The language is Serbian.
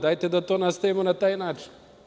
Dajte da nastavimo na taj način.